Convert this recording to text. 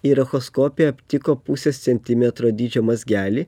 ir echoskopija aptiko pusės centimetro dydžio mazgelį